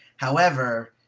however,